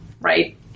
right